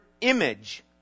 image